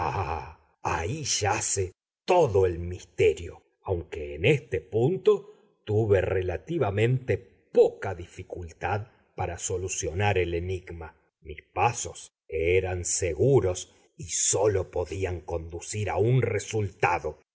ahí yace todo el misterio aunque en este punto tuve relativamente poca dificultad para solucionar el enigma mis pasos eran seguros y sólo podían conducir a un resultado